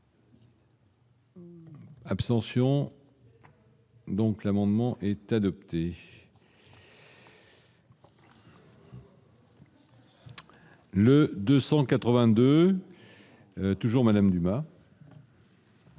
Abstention. Donc, l'amendement est adopté. Le 282 toujours, Madame Dumas.